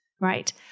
right